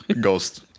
Ghost